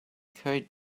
code